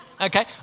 Okay